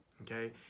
okay